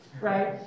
right